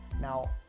Now